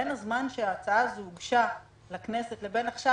בין הזמן שההצעה הזו הוגשה לכנסת לבין עכשיו,